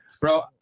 Bro